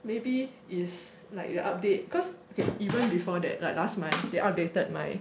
maybe is like the update cause even before that like last month they updated my